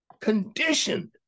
conditioned